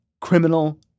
criminal